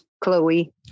Chloe